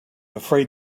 afraid